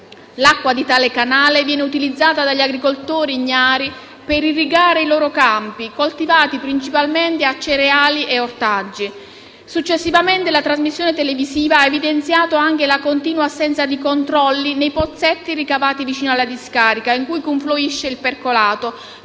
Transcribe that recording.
L'acqua di tale canale viene utilizzata dagli agricoltori ignari per irrigare i loro campi, coltivati principalmente a cereali e ortaggi. Successivamente la trasmissione televisiva ha evidenziato anche la continua assenza di controlli nei pozzetti ricavati vicino alla discarica in cui confluisce il percolato,